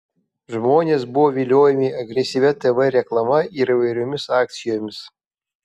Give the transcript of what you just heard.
žmonės buvo viliojami agresyvia tv reklama ir įvairiomis akcijomis